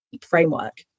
framework